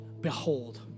behold